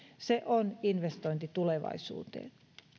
se on investointi tulevaisuuteen